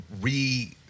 re